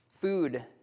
Food